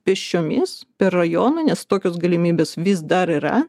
pėsčiomis per rajoną nes tokios galimybės vis dar yra